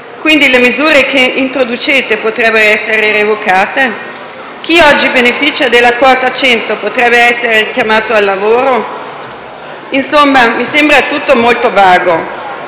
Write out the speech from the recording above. Quindi le misure che introducete potrebbero essere revocate? Chi oggi beneficia della quota 100 potrebbe essere richiamato al lavoro? Insomma, mi sembra tutto molto vago.